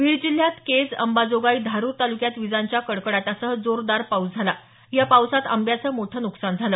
बीड जिल्ह्यात केज अंबाजोगाई धारूर तालुक्यात विजांच्या कडकडाटासह जोरदार पाऊस झाला या पावसात आंब्याचं मोठं नुकसान झालं